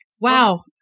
wow